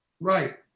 Right